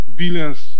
billions